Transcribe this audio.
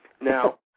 Now